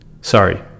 Sorry